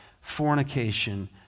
fornication